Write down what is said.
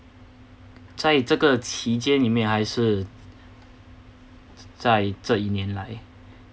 在这个期间里面还是在这一年来